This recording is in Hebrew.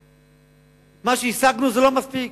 מה שהשגנו זה לא מספיק.